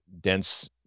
dense